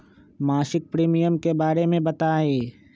मासिक प्रीमियम के बारे मे बताई?